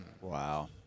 Wow